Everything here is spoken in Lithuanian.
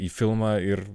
į filmą ir